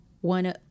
one